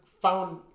found